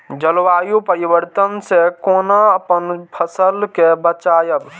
जलवायु परिवर्तन से कोना अपन फसल कै बचायब?